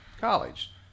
College